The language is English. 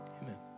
Amen